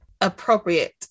appropriate